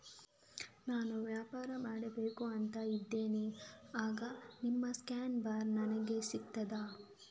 ನಾನು ವ್ಯಾಪಾರ ಮಾಡಬೇಕು ಅಂತ ಇದ್ದೇನೆ, ಆಗ ನಿಮ್ಮ ಸ್ಕ್ಯಾನ್ ಬಾರ್ ನನಗೆ ಸಿಗ್ತದಾ?